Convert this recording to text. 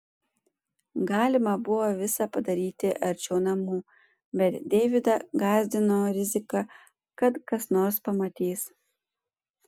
galima buvo visa padaryti arčiau namų bet deividą gąsdino rizika kad kas nors pamatys